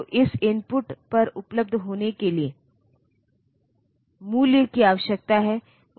तो इस इनपुट पर उपलब्ध होने के लिए मूल्य की आवश्यकता है